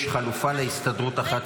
יש חלופה להסתדרות אחת,